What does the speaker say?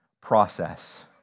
process